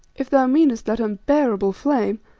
if thou meanest that unbearable flame